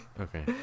okay